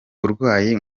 burwayi